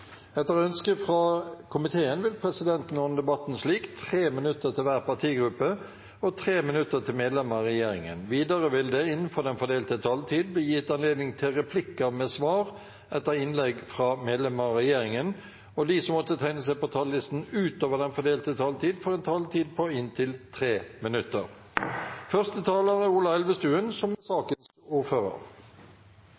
Etter ønske fra næringskomiteen vil presidenten ordne debatten slik: 3 minutter til hver partigruppe og 3 minutter til medlemmer av regjeringen. Videre vil det – innenfor den fordelte taletid – bli gitt anledning til inntil seks replikker med svar etter innlegg fra medlemmer av regjeringen, og de som måtte tegne seg på talerlisten utover den fordelte taletid, får en taletid på inntil 3 minutter.